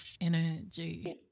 Energy